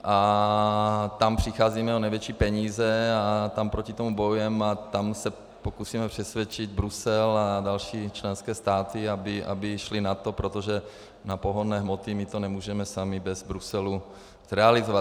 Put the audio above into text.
A tam přicházíme o největší peníze, tam proti tomu bojujeme, tam se pokusíme přesvědčit Brusel a další členské státy, aby šly na to, protože na pohonné hmoty my to nemůžeme sami bez Bruselu zrealizovat.